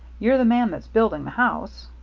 you're the man that's building the house.